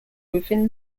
within